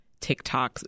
TikToks